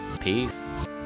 peace